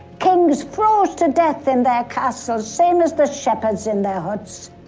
kings froze to death in their castles, same as the shepherds in their huts.